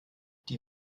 die